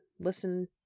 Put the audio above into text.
listen